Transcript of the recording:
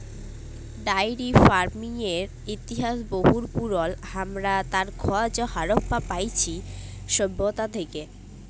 diary ফার্মিংয়ের ইতিহাস বহু পুরল, হামরা তার খজ হারাপ্পা পাইছি সভ্যতা থেক্যে